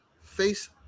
face